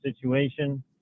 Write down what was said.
situation